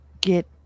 get